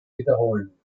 wiederholen